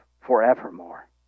forevermore